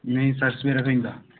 नेईं सर सवेरै थ्होई जंदा